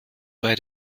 bei